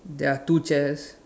there are two chairs